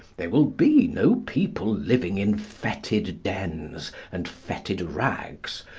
there will be no people living in fetid dens and fetid rags,